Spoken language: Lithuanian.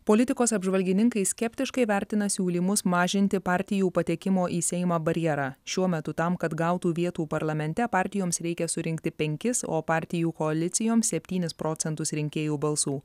politikos apžvalgininkai skeptiškai vertina siūlymus mažinti partijų patekimo į seimą barjerą šiuo metu tam kad gautų vietų parlamente partijoms reikia surinkti penkis o partijų koalicijoms septynis procentus rinkėjų balsų